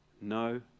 no